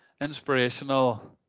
inspirational